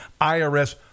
IRS